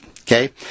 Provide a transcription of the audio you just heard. Okay